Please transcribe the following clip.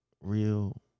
real